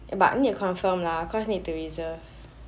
but need to confirm lah cause need to reserve